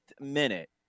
minute